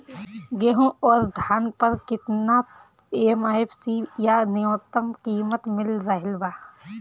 गेहूं अउर धान पर केतना एम.एफ.सी या न्यूनतम कीमत मिल रहल बा?